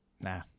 Nah